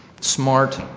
smart